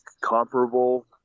comparable